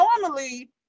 normally